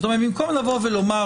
זאת אומרת המדינה יכולה להגיד